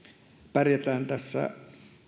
pärjäämme tässä